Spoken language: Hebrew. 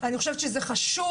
אני חושבת שזה חשוב.